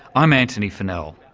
i'm antony funnell.